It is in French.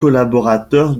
collaborateur